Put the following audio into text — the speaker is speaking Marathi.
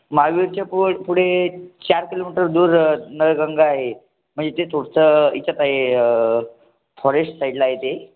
महावीरच्या पुढ पुढे चार किलोमीटर दूर नळगंगा आहे म्हणजे ते थोडेसं याच्यात आहे फारेस्ट साईडला आहे ते